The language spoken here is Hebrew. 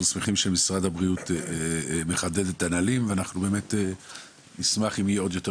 שמחים שמשרד הבריאות מחדד את הנהלים ונשמח ליותר